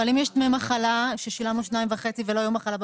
אבל אם יש דמי מחלה ששילמנו 2.5 ולא יום מחלה בפועל?